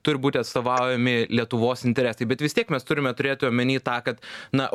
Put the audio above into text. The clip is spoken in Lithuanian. turi būti atstovaujami lietuvos interesai bet vis tiek mes turime turėti omeny tą kad na